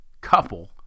couple